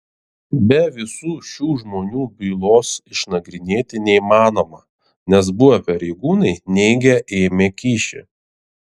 be visų šių žmonių bylos išnagrinėti neįmanoma nes buvę pareigūnai neigia ėmę kyšį